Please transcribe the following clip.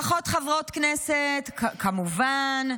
פחות חברות כנסת כמובן.